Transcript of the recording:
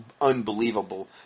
unbelievable